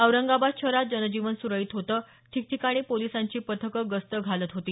औरंगाबाद शहरात जनजीवन सुरळीत होतं ठिकठिकाणी पोलिसांची पथकं गस्त घालत होती